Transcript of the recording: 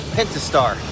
Pentastar